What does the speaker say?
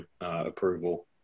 approval